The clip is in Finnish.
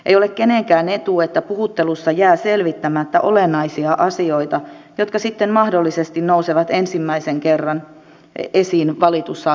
ei ole kenenkään etu että puhuttelussa jää selvittämättä olennaisia asioita jotka sitten mahdollisesti nousevat ensimmäisen kerran esiin valitusasteissa